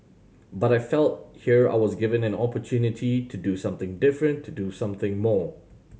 but I felt here I was given an opportunity to do something different to do something more